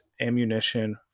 ammunition